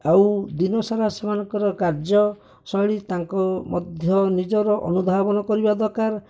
ଆଉ ଦିନ ସାରା ସେମାନଙ୍କର କାର୍ଯ୍ୟଶୈଳୀ ତାଙ୍କୁ ମଧ୍ୟ ନିଜର ଅନୁଧାବନ କରିବା ଦରକାର